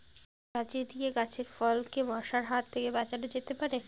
ঝাঁঝরি দিয়ে গাছের ফলকে মশার হাত থেকে বাঁচানো যেতে পারে?